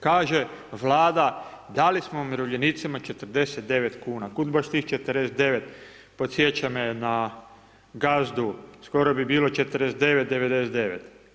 Kaže Vlada dali smo umirovljenicima 49 kuna, kud baš tih 49, podsjeća me na Gazdu, skoro bi bilo 49,99.